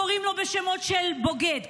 קוראים לו בשמות של בוגד.